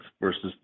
versus